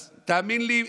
אז תאמין לי,